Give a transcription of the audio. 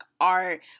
art